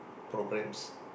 programs